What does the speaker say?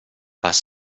was